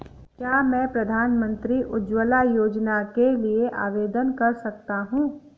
क्या मैं प्रधानमंत्री उज्ज्वला योजना के लिए आवेदन कर सकता हूँ?